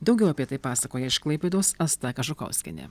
daugiau apie tai pasakoja iš klaipėdos asta kažukauskienė